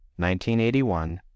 1981